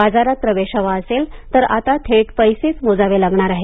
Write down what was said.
बाजारात प्रवेश हवा असेल तर आता थेट पैसेच मोजावे लागणार आहेत